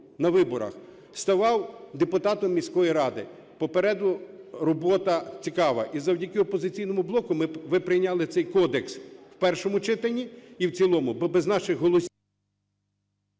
на виборах ставав депутатом міської ради. Попереду робота цікава. І завдяки "Опозиційному блоку" ви прийняли цей кодекс в першому читанні і в цілому. Бо без наших голосів…